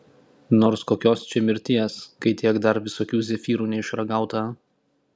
nors kokios čia mirties kai tiek dar visokių zefyrų neišragauta